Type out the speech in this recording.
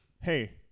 hey